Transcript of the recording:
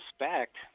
respect